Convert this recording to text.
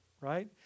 right